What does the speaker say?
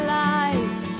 life